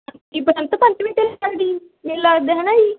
ਹਾਂਜੀ ਬਸੰਤ ਪੰਚਮੀ 'ਤੇ ਲੱਗਦੀ ਮੇਲਾ ਲੱਗਦਾ ਹੈ ਨਾ ਜੀ